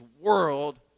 world